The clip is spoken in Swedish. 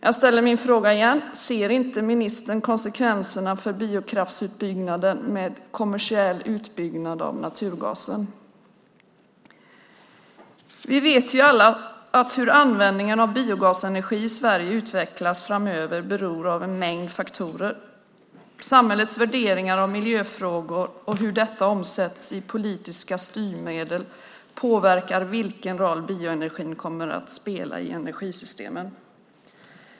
Jag ställer min fråga igen: Ser inte ministern konsekvenserna för biokraftsutbyggnad med kommersiell utbyggnad av naturgas? Vi vet ju alla att hur användningen av biogasenergi i Sverige utvecklas framöver beror på en mängd faktorer. Samhällets värderingar av miljöfrågor och hur det omsätts i politiska styrmedel påverkar vilken roll bioenergin kommer att spela i energisystemen.